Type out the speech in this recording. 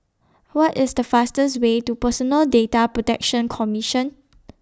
What IS The fastest Way to Personal Data Protection Commission